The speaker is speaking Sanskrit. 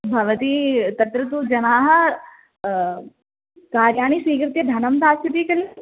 भवती तत्र तु जनाः कार्याणि स्वीकृत्य धनं दास्यन्ति खलु